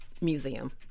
museum